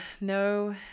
No